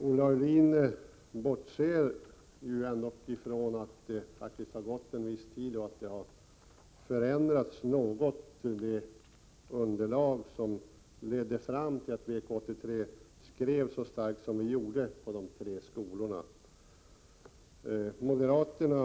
Olle Aulin bortser ändå från att det faktiskt har gått en viss tid och att de förhållanden som utgjorde underlag till att vi skrev så starkt som vi gjorde beträffande de tre skolorna har förändrats.